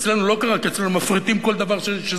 אצלנו לא קרה, כי אצלנו מפריטים כל דבר שזז.